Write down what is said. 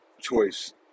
choice